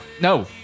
no